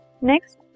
Next